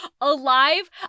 alive